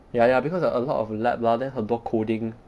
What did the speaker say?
ya ya because like a lot of laboratory lah then 很多 coding